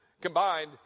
combined